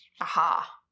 Aha